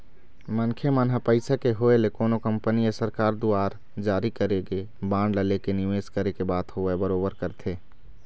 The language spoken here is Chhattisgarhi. मनखे मन ह पइसा के होय ले कोनो कंपनी या सरकार दुवार जारी करे गे बांड ला लेके निवेस करे के बात होवय बरोबर करथे